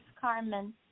Carmen